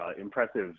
impressive